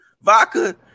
vodka